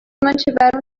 mantiveram